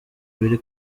biri